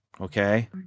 Okay